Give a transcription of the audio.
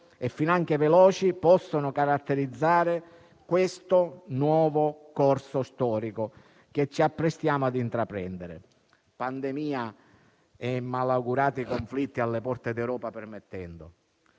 e finanche veloci possono caratterizzare questo nuovo corso storico che ci apprestiamo a intraprendere, pandemia e malaugurati conflitti alle porte d'Europa permettendo.